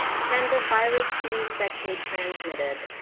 can the virus be sexually transmitted,